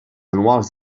anuals